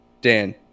Dan